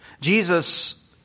Jesus